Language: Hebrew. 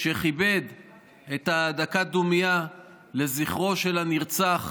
וכיבד את דקת הדומייה לזכרו של הנרצח